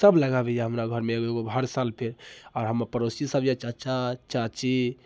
सब लगाबैए हमरा घरमे एगो एगो कऽ हर साल पेड़ आओर हमर पड़ोसी सब जे चच्चा चाची